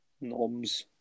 Norm's